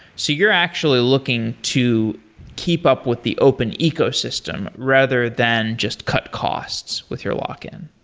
so you're actually looking to keep up with the open ecosystem rather than just cut costs with your lock-in,